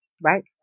right